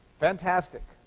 fantastic.